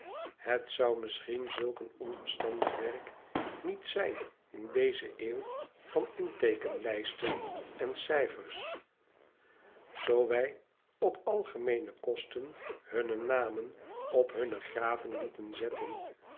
het zou misschien zulk een onverstandig werk niet zijn in deze eeuw van inteekenlijsten en cijfers zoo wij op algemeene kosten hunne namen op hunne graven lieten zetten